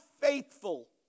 faithful